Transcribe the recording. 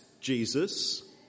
Jesus